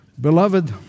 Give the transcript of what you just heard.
Beloved